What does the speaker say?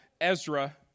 Ezra